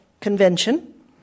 convention